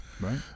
Right